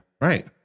right